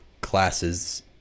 classes